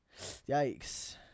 Yikes